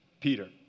Peter